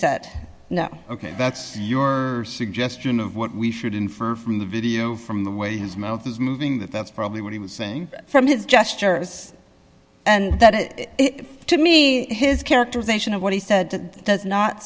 no ok that's your suggestion of what we should infer from the video from the way his mouth is moving that that's probably what he was saying from his gestures and that is to me his characterization of what he said does not